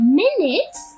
minutes